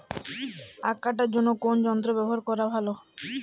আঁখ কাটার জন্য কোন যন্ত্র ব্যাবহার করা ভালো?